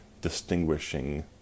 distinguishing